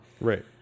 Right